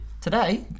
Today